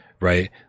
right